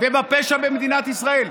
ובפשע במדינת ישראל,